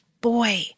boy